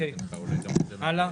אוקי, הלאה.